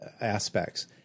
aspects